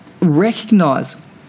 recognize